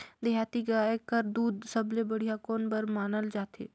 देहाती गाय कर दूध सबले बढ़िया कौन बर मानल जाथे?